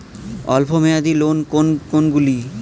অল্প মেয়াদি লোন কোন কোনগুলি?